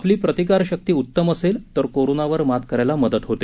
आपली प्रतिकारशक्ती उत्तम असेल तर कोरोनावर मात करायला मदत होते